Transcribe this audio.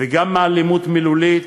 וגם מאלימות מילולית,